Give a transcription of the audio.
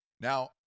now